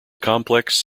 complex